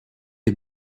est